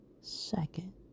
second